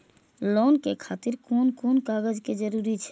Loan के खातिर कोन कोन कागज के जरूरी छै?